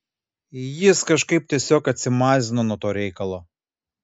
jis kažkaip tiesiog atsimazino nuo to reikalo